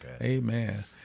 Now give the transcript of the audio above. Amen